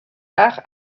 arts